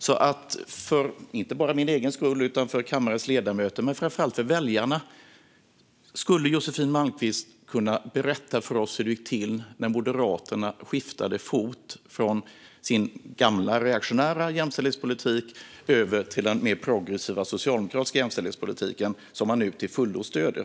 Skulle Josefin Malmqvist, inte bara för mig och kammarens ledamöter utan framför allt för väljarna, kunna berätta hur det gick till när Moderaterna skiftade fot från sin gamla reaktionära jämställdhetspolitik över till den mer progressiva socialdemokratiska jämställdhetspolitiken, som man nu till fullo stöder?